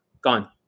gone